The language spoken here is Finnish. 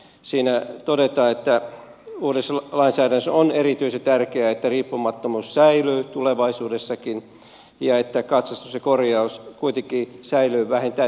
siinä todetaan että uudessa lainsäädännössä on erityisen tärkeää että riippumattomuus säilyy tulevaisuudessakin ja että katsastus ja korjaus kuitenkin säilyvät vähintään eri henkilöillä